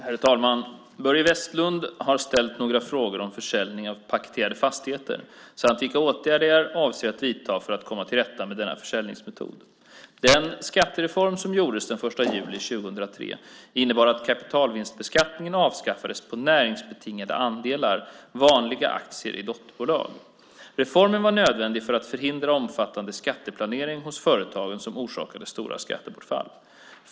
Herr talman! Börje Vestlund har ställt några frågor om försäljning av paketerade fastigheter samt vilka åtgärder jag avser att vidta för att komma till rätta med denna försäljningsmetod. Den skattereform som gjordes den 1 juli 2003 innebar att kapitalvinstbeskattningen avskaffades på näringsbetingade andelar, vanligen aktier i dotterbolag. Reformen var nödvändig för att förhindra omfattande skatteplanering hos företagen som orsakade stora skattebortfall.